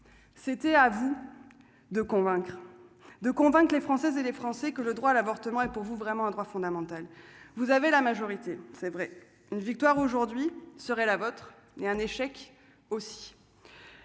c'était à vous de convaincre de convainc les Françaises et les Français que le droit à l'avortement et pour vous, vraiment un droit fondamental, vous avez la majorité c'est vrai une victoire aujourd'hui serait la vôtre est un échec aussi.